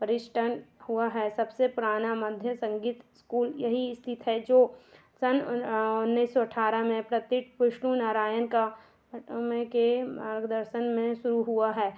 परिष्टन हुआ है सबसे पुराना मध्य संगीत स्कूल यहीं स्थित है जो सन उन उन्नीस सौ अट्ठारह में प्रतीत विष्णु नारायण का उनके मार्गदर्शन में शुरू हुआ है